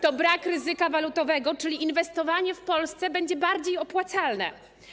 To brak ryzyka walutowego, czyli inwestowanie w Polsce będzie bardziej opłacalne.